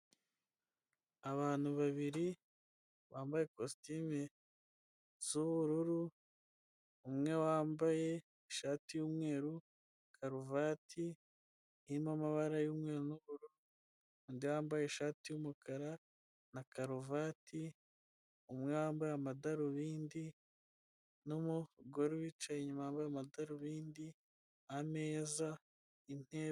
Abantu babiri bambaye ikositimu z'ubururu umwe wambaye ishati y'umweru karuvati irimo amabara y'umweru undi yambaye ishati y'umukara na karuvati, umwe yambaye amadarubindi n'umugore wicaye inyuma yambaye amadarubindi ameza intebe.